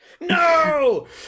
No